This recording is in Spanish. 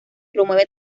promueve